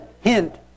hint